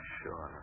sure